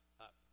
up